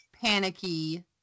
panicky